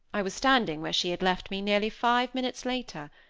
i was standing where she had left me, nearly five minutes later.